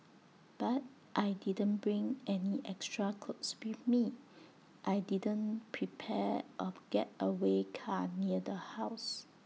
but I didn't bring any extra clothes with me I didn't prepare A getaway car near the house